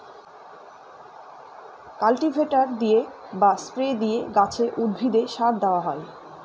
cultivator দিয়ে বা spray দিয়ে গাছে, উদ্ভিদে সার দেওয়া হয়